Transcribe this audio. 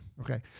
Okay